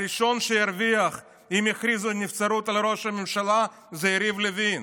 הראשון שירוויח אם יכריזו על נבצרות ראש הממשלה זה יריב לוין,